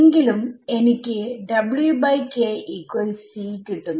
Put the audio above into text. എങ്കിലും എനിക്ക് കിട്ടുന്നു